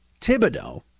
Thibodeau